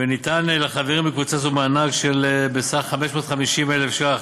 וניתן לחברים בקבוצה זו מענק בסך 550,000 ש"ח.